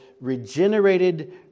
regenerated